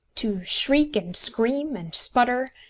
to shriek, and scream, and sputter,